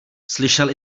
slyšel